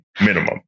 Minimum